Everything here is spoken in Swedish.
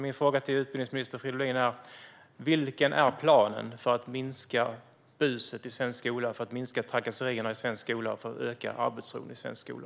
Min fråga till utbildningsminister Fridolin är: Vilken är planen för att minska buset i svensk skola, för att minska trakasserierna i svensk skola och för att öka arbetsron i svensk skola?